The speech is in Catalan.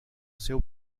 seu